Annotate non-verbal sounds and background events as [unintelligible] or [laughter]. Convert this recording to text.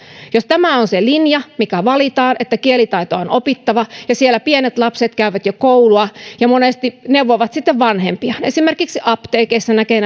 jos tämä on se linja mikä valitaan että kielitaito on opittava ja siellä pienet lapset käyvät jo koulua ja monesti neuvovat sitten vanhempiaan esimerkiksi apteekeissa näkee [unintelligible]